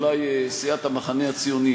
אולי סיעת המחנה הציוני,